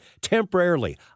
temporarily